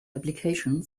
application